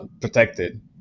protected